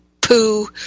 poo